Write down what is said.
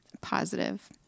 Positive